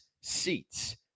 seats